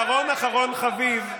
אבל אחרון אחרון חביב,